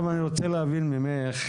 עכשיו אני רוצה להבין ממך,